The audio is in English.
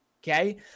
Okay